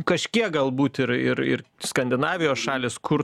kažkiek galbūt ir ir ir skandinavijos šalys kur